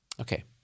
Okay